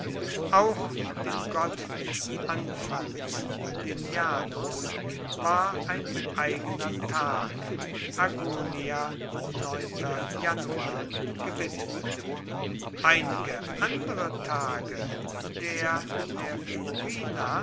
auch dem gott des anfangs dem janus war ein eigener tag gewidmet einige andere tage der der